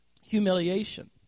Humiliation